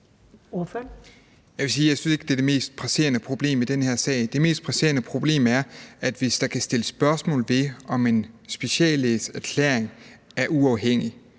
sige, at jeg synes ikke, det er det mest presserende problem i den her sag. Det mest presserende problem er, hvis der kan sættes spørgsmålstegn ved, om en speciallæges erklæring er uafhængig